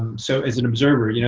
so as an observer, you know